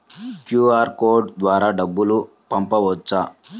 QR code ద్వారా డబ్బులు పంపవచ్చా?